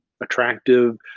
attractive